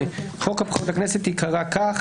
ממשיכים הלאה, סעיף קטן (3).